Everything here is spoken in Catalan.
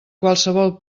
qualsevol